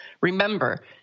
Remember